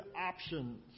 options